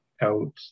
out